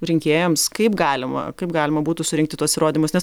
rinkėjams kaip galima kaip galima būtų surinkti tuos įrodymus nes